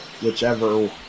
whichever